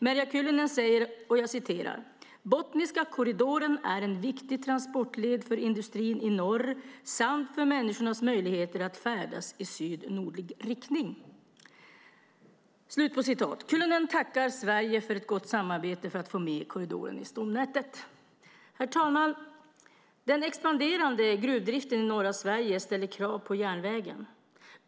Merja Kyllönen säger: "Botniska korridoren är en viktig transportled för industrin i norr samt för människornas möjligheter att färdas i syd-nordlig riktning." Kyllönen tackar Sverige för ett gott samarbete för att få med korridoren i stomnätet. Herr talman! Den expanderande gruvdriften i norra Sverige ställer krav på järnvägen.